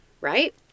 right